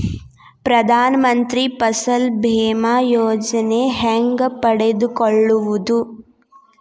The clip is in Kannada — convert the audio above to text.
ಪ್ರಧಾನ ಮಂತ್ರಿ ಫಸಲ್ ಭೇಮಾ ಯೋಜನೆ ಹೆಂಗೆ ಪಡೆದುಕೊಳ್ಳುವುದು?